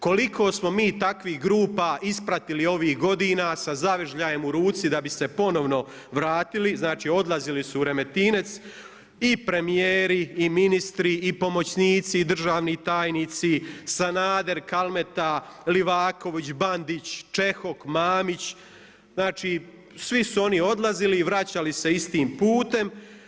Koliko smo mi takvih grupa ispratili ovih godina sa zavežljajem u ruci da bi se ponovno vratili, znači odlazili su u Remetinec i premijer i ministri i pomoćnici i državni tajnici, Sanader, Kalmeta, Livaković, Bandić, Čehok, Mamić, znači svi su oni odlazili i vraćali se istim putem.